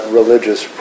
religious